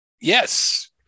Yes